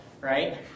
right